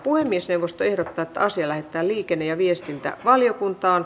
puhemiesneuvosto ehdottaa että asia lähetetään liikenne ja viestintävaliokuntaan